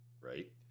right